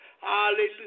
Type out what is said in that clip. Hallelujah